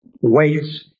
Wait